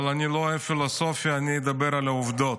אני לא אוהב פילוסופיה, אני אדבר על העובדות.